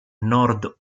nord